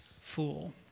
fool